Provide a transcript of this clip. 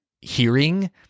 hearing